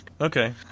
Okay